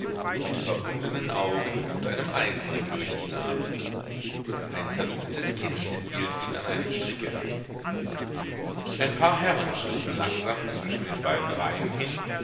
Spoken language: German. mit verbundenen augen und einem eisenring durch die nase ein zerlumptes kind hielt ihn an einem stricke ein paar herren schritten langsam zwischen den beiden reihen hin